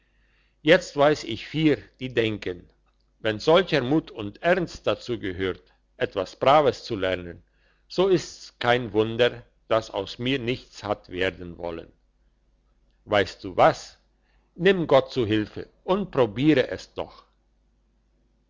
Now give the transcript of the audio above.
jetzt weiss ich vier die denken wenn solcher mut und ernst dazu gehört etwas braves zu lernen so ist's kein wunder dass aus mir nichts hat werden wollen weisst du was nimm gott zu hilfe und probiere es noch